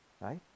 right